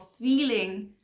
feeling